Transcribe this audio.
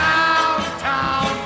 Downtown